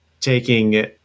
taking